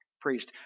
priest